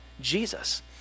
jesus